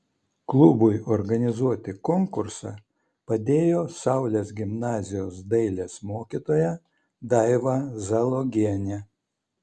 klubui organizuoti konkursą padėjo saulės gimnazijos dailės mokytoja daiva zalogienė